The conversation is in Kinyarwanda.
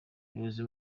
umuyobozi